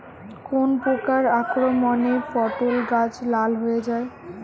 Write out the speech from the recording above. কোন প্রকার আক্রমণে পটল গাছ লাল হয়ে যায়?